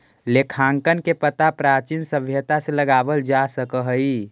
लेखांकन के पता प्राचीन सभ्यता से लगावल जा सकऽ हई